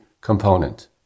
component